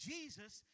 Jesus